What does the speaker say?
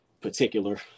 particular